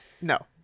No